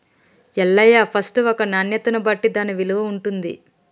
Ellaiah first ఒక నాణ్యతను బట్టి దాన్న విలువ ఉంటుంది